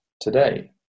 today